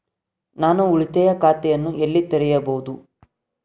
ನಾನು ಉಳಿತಾಯ ಖಾತೆಯನ್ನು ಎಲ್ಲಿ ತೆರೆಯಬಹುದು?